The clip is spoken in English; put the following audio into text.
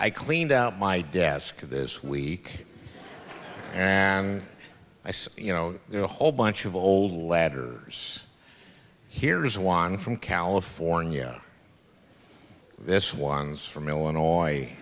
i cleaned out my desk this week and i said you know there are a whole bunch of old ladders here's one from california this one's from illinois